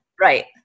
Right